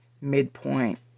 midpoint